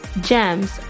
Gems